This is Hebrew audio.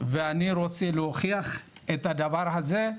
ואני רוצה להוכיח את הדבר הזה.